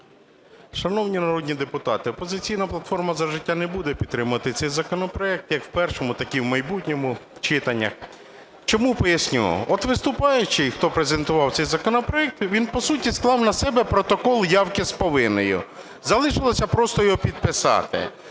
Шановні народні депутати, "Опозиційна платформа – За життя" не буде підтримувати цей законопроект, як в першому, так і в майбутньому читаннях. Чому, поясню. От виступаючий, хто презентував цей законопроект, він, по суті, склав на себе протокол явки с повинной, залишилося просто його підписати.